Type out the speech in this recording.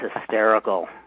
hysterical